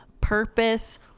purpose